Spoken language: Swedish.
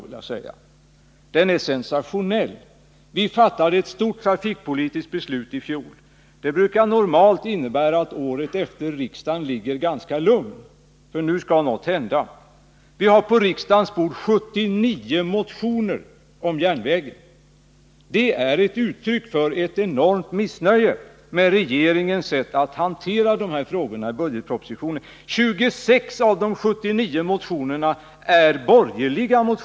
Riksdagen fattade ett stort trafikpolitiskt beslut i fjol. Det brukar normalt innebära att riksdagen året efter är ganska lugn. för nu skall något hända. Vi har emellertid i dag på riksdagens bord 79 motioner om järnvägen. Det är ett uttryck för ett enormt missnöje med regeringens sätt att hantera dessa frågor ibudgetpropositionen. 26 av de 79 motionerna är borgerliga.